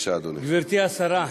גברתי השרה,